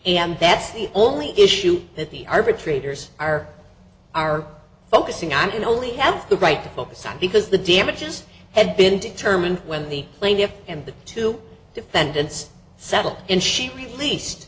counterclaim that's the only issue that the arbitrator's are are focusing on and only have the right to focus on because the damages had been determined when the plaintiff and the two defendants settle in she released